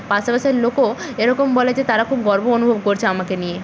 পাশেপাশের লোকও এরকম বলে যে তারা খুব গর্ব অনুভব করছে আমাকে নিয়ে